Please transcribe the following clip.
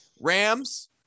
rams